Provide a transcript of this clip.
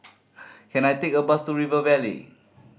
can I take a bus to River Valley